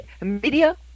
media